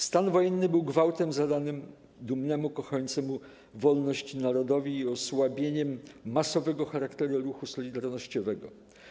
Stan wojenny był gwałtem zadanym dumnemu, kochającemu wolność narodowi i osłabieniem masowego charakteru ruchu solidarnościowego.